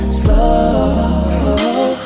slow